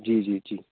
जी जी जी